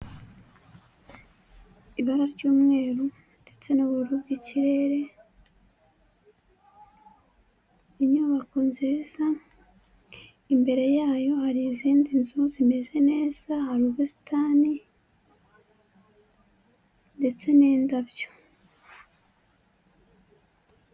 Ibara ry'umweru ndetse n'ubururu bw'ikirere, inyubako nziza, imbere yayo hari izindi nzu zimeze neza, hari ubusitani ndetse n'indabyo.